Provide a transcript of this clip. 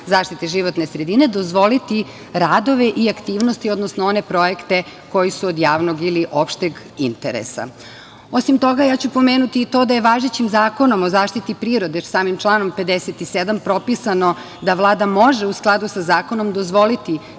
zaštite životne sredine, dozvoliti radove i aktivnosti, odnosno one projekte koji su od javnog ili opšteg interesa. Osim toga, ja ću pomenuti i to da je važećim Zakonom o zaštiti prirode, samim članom 57. propisano da Vlada može u skladu sa zakonom dozvoliti